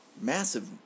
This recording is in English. massive